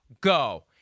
Go